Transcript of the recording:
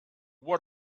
what